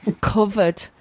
Covered